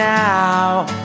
now